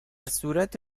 صورت